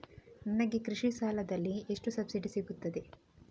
ನನಗೆ ಕೃಷಿ ಸಾಲದಲ್ಲಿ ಎಷ್ಟು ಸಬ್ಸಿಡಿ ಸೀಗುತ್ತದೆ?